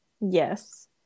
Yes